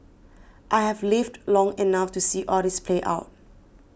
I have lived long enough to see all this play out